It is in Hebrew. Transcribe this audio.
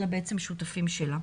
אלא שותפים שלה.